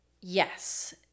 Yes